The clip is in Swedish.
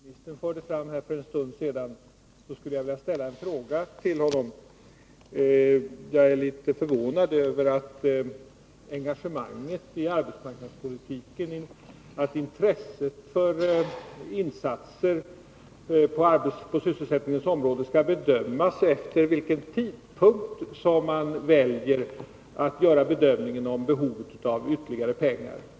Herr talman! Eftersom utskottets ordförande instämde i vad arbetsmarknadsministern anförde för en stund sedan skulle jag vilja ställa samma fråga till honom som till ministern. Jag är litet förvånad över att engagemanget i arbetsmarknadspolitiken och intresset för insatser på sysselsättningsområdet skall bedömas efter vilken tidpunkt man väljer att göra bedömningen om behovet av ytterligare pengar.